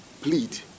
plead